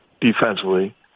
defensively